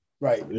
Right